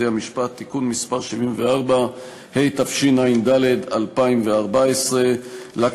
מס הכנסה בין אלה שמשתכרים 100,000 שקל